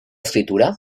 escritura